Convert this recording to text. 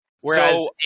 Whereas